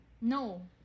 No